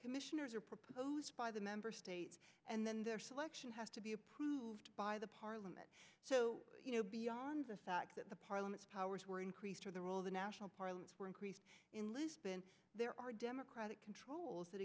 commissioners are proposed by the member states and then their selection has to be approved by the parliament so you know beyond the fact that the parliament's powers were increased or the role of the national parliaments were increased in lisbon there are democratic controls that